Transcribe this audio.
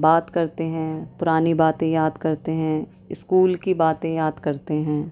بات کرتے ہیں پرانی باتیں یاد کرتے ہیں اسکول کی باتیں یاد کرتے ہیں